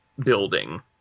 building